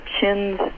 chins